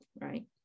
Right